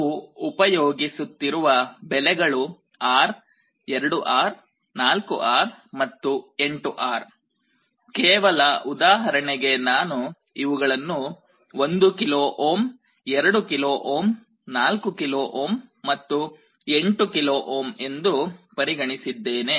ನಾವು ಉಪಯೋಗಿಸುತ್ತಿರುವ ಬೆಲೆಗಳು R 2R 4R ಮತ್ತು 8R ಕೇವಲ ಉದಾಹರಣೆಗೆ ನಾನು ಇವುಗಳನ್ನು 1 kilo ohm 2 kilo ohm 4 kilo ohm and 8 kilo ohm ಎಂದು ಪರಿಗಣಿಸಿದ್ದೇನೆ